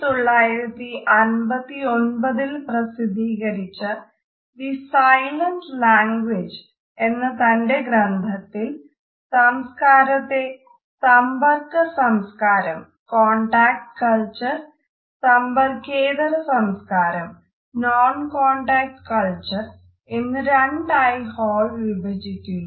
1959 ൽ പ്രസിദ്ധീകരിച്ച the silent language എന്ന് രണ്ടായി ഹാൾ വിഭജിക്കുന്നു